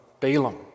Balaam